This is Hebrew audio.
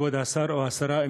כבוד השר או השרה,